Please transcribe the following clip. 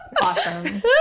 awesome